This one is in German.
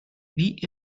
wie